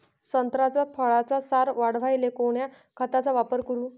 संत्रा फळाचा सार वाढवायले कोन्या खताचा वापर करू?